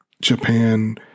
Japan